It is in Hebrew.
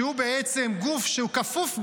שגם הוא בעצם גוף שכפוף,